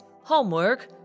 homework